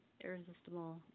irresistible